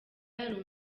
yari